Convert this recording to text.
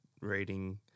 reading